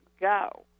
go